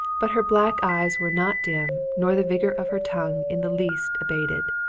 but her black eyes were not dim nor the vigor of her tongue in the least abated.